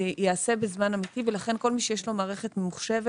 זה ייעשה בזמן אמת ולכן כל מי שיש לו מערכת ממוחשבת,